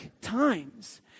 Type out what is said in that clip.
times